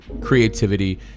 creativity